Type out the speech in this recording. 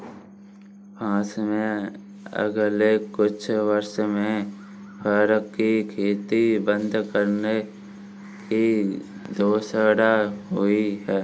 France में अगले कुछ वर्षों में फर की खेती बंद करने की घोषणा हुई है